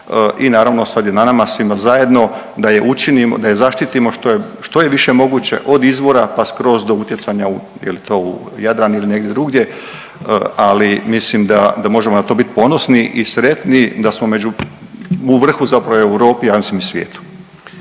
i naravno sad je na nama svima zajedno da je učinimo, da je zaštitimo što je, što je više moguće od izvora, pa skroz do utjecanja u, je li to u Jadran ili negdje drugdje, ali mislim da, da možemo na to bit ponosni i sretni da smo među, u vrhu zapravo u Europi, a ja mislim i svijetu.